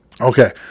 Okay